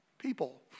people